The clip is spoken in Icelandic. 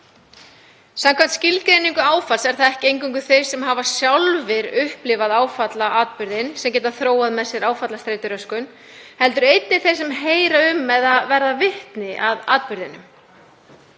Samkvæmt skilgreiningu áfalls eru það ekki eingöngu þeir sem hafa sjálfir upplifað áfallaatburðinn sem geta þróað með sér áfallastreituröskun heldur einnig þeir sem heyra um eða verða vitni að atburðinum.